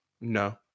No